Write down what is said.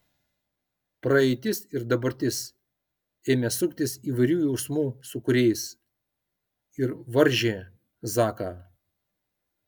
praeitis ir dabartis ėmė suktis įvairių jausmų sūkuriais ir varžė zaką